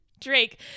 Drake